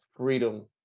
freedom